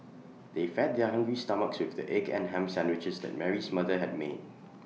they fed their hungry stomachs with the egg and Ham Sandwiches that Mary's mother had made